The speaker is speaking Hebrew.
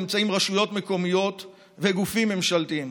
נמצאים רשויות מקומיות וגופים ממשלתיים.